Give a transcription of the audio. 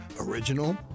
original